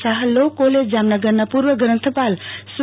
Shah law college જામનગરના પૂર્વ ગ્રંથપાલ સ્વ